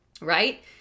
right